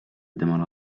temal